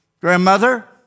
Grandmother